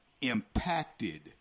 impacted